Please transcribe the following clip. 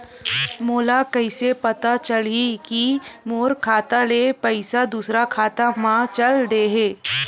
मोला कइसे पता चलही कि मोर खाता ले पईसा दूसरा खाता मा चल देहे?